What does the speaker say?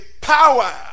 power